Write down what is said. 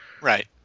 Right